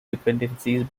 dependencies